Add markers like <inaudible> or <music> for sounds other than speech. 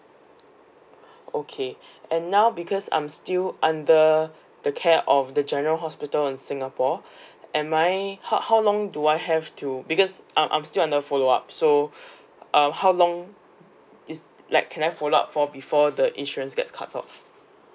<breath> okay <breath> and now because I'm still under the care of the general hospital in singapore <breath> am I how how long do I have to because I'm I'm still under follow up so <breath> uh how long is like can I follow up for before the insurance gets cut off